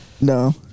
no